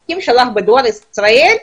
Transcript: המסמכים בדואר ישראל לשם.